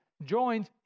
Joins